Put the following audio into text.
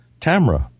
Tamra